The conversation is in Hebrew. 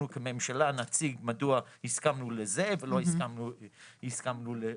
כממשלה נציג מדוע הסכמנו לזה ולא הסכמנו לזה.